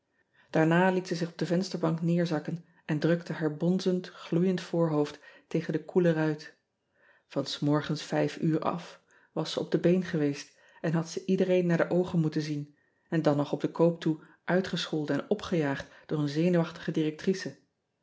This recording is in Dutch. aarna liet ze zich op de vensterbank neerzakken en drukte haar bonzend gloeiend voorhoofd tegen de koele ean ebster adertje angbeen ruit an s morgens vijf uur of was ze op de been geweest en had ze iedereen naar de oogen moeten zien en dan nog op den koop toe uitgescholden en opgejaagd door een zenuwachtige directrice